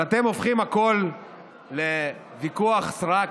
אבל אתם הופכים הכול לוויכוח סרק.